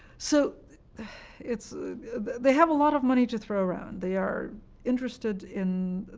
so it's they have a lot of money to throw around. they are interested in